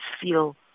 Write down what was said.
feel